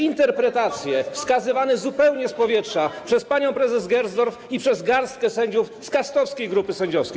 interpretacje wskazywane, zupełnie z powietrza, przez panią prezes Gersdorf i przez garstkę sędziów z kastowskiej grupy sędziowskiej?